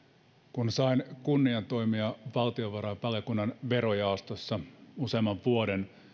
kun sain kunnian toimia valtiovarainvaliokunnan verojaostossa useamman vuoden